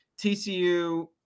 TCU